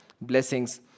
blessings